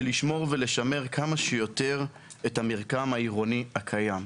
לשמור ולשמר כמה שיותר את המרקם העירוני הקיים.